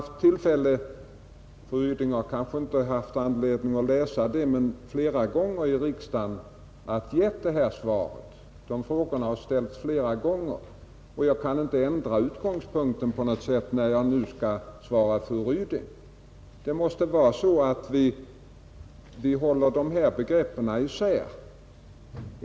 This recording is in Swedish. Fru Ryding har kanske inte haft tillfälle att läsa protokollen så ingående, men jag har flera gånger i riksdagen svarat på liknande frågor. Jag har inte ändrat utgångspunkt när jag nu svarat fru Ryding. Vi måste hålla isär dessa begrepp.